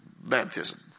baptism